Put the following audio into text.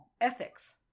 Ethics